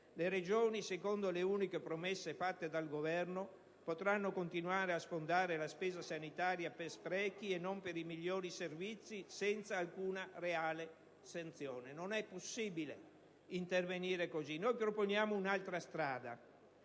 le Regioni, secondo le uniche promesse fatte dal Governo, potranno continuare a sfondare la spesa sanitaria per sprechi e non per migliori servizi senza alcuna reale sanzione. Non è possibile intervenire così. Noi proponiamo un'altra strada: